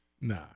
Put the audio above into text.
Nah